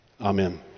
Amen